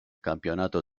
campionato